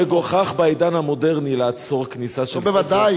מגוחך בעידן המודרני לעצור כניסה של ספר,